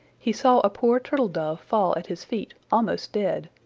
he saw a poor turtle-dove fall at his feet almost dead.